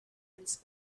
its